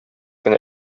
кенә